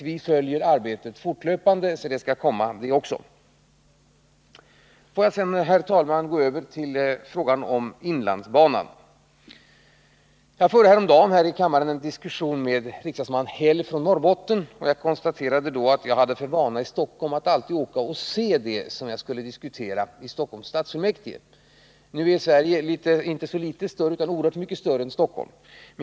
Vi följer arbetet fortlöpande. Låt mig sedan, herr talman, gå över till frågan om inlandsbanan. Jag förde häromdagen här i kammaren en diskussion med riksdagsman Häll från Norrbotten. Jag konstaterade då att jag hade för vana att åka och se det som jag skulle diskutera i Stockholms kommunfullmäktige. Nu är Sverige oerhört mycket större än Stockholm.